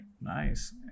Nice